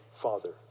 Father